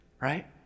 right